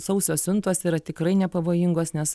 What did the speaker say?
sausos siuntos yra tikrai nepavojingos nes